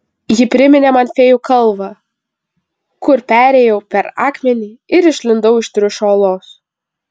ji priminė man fėjų kalvą kur perėjau per akmenį ir išlindau iš triušio olos